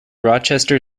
rochester